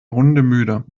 hundemüde